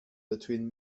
between